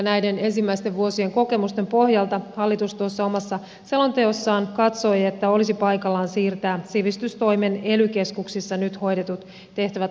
näiden ensimmäisten vuosien kokemusten pohjalta hallitus tuossa omassa selonteossaan katsoi että olisi paikallaan siirtää sivistystoimen ely keskuksissa nyt hoidetut tehtävät aluehallintovirastoille